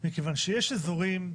כיוון שיש אזורים,